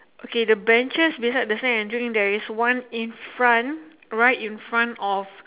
okay the benches beside the sand and drink there's one in front right in front of